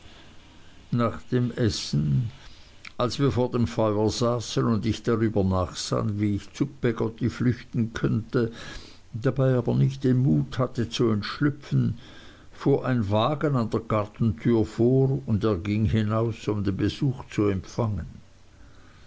nach dem essen als wir vor dem feuer saßen und ich darüber nachsann wie ich zu peggotty flüchten könnte dabei aber nicht den mut hatte zu entschlüpfen fuhr ein wagen an der gartentür vor und er ging hinaus um den besuch zu empfangen